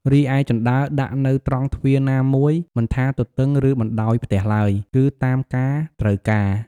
រីឯជណ្តើរដាក់នៅត្រង់ទ្វារណាមួយ មិនថាទទឹងឬបណ្តោយផ្ទះឡើយ គឺតាមការត្រូវការ ។